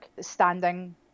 standing